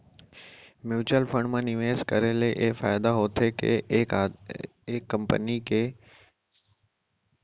mutual fund म निवेस करे ले ए फायदा होथे के एक कंपनी ले नुकसानी होवत हे त दूसर ले फायदा मिल जाथे